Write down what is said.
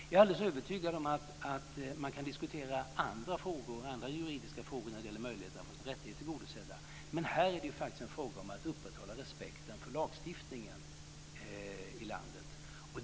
Jag är alldeles övertygad om att man kan diskutera andra juridiska frågor när det gäller möjligheten att få sina rättigheter tillgodosedda, men här är det faktiskt en fråga om att upprätthålla respekten för lagstiftningen i landet.